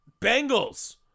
Bengals